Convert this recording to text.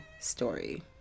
story